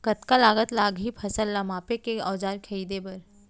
कतका लागत लागही फसल ला मापे के औज़ार खरीदे बर?